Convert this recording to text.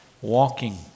walking